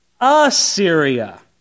Assyria